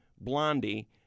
Blondie